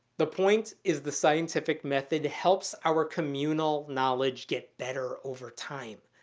the point is the scientific method helps our communal knowledge get better over time.